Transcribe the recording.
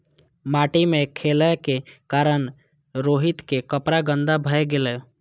माटि मे खेलै के कारण रोहित के कपड़ा गंदा भए गेलै